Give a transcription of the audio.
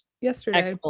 yesterday